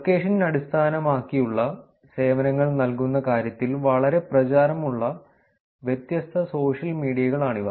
location അടിസ്ഥാനമാക്കിയുള്ള സേവനങ്ങൾ നൽകുന്ന കാര്യത്തിൽ വളരെ പ്രചാരമുള്ള വ്യത്യസ്ത സോഷ്യൽ മീഡിയകൾ ആണിവ